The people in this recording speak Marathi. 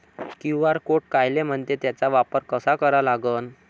क्यू.आर कोड कायले म्हनते, त्याचा वापर कसा करा लागन?